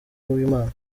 uwimana